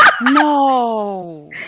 No